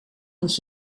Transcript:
moet